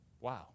Wow